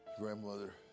Grandmother